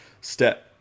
step